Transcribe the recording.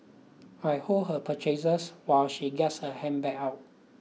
I hold her purchases while she gets her handbag out